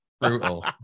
Brutal